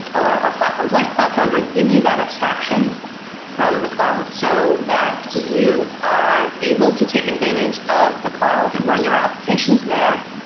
or or platforms like cloud foundry give you that abstraction from the cloud so that you are able to take advantage of the cloud and run your applications there.